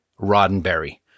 Roddenberry